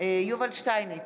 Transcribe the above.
יובל שטייניץ,